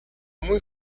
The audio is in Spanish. muy